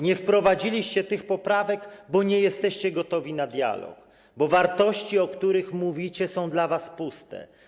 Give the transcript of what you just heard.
Nie wprowadziliście tych poprawek, bo nie jesteście gotowi na dialog, bo wartości, o których mówicie, są dla was puste.